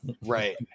right